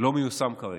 לא מיושם כרגע.